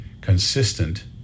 consistent